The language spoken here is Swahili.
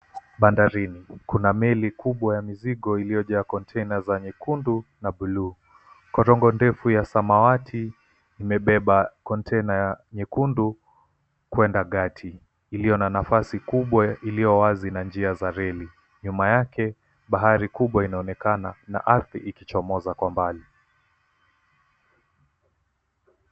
Bandarini kuna meli kubwa ya mizigo iliojaa container za nyekundu na buluu. Korongo ndefu ya samawati imebeba container ya nyekundu kwenda gati ilio na nafasi kubwa ilio wazi na njia za reli. Nyuma yake bahari kubwa inaonekana na ardhi ikichomoza kwa mbali.